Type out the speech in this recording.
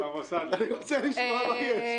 אני רוצה לשמוע מה יש...